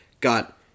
got